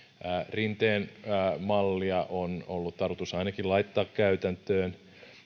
rinteen mallia ainakin on ollut tarkoitus laittaa käytäntöön